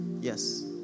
yes